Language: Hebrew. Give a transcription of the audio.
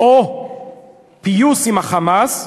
או פיוס עם ה"חמאס",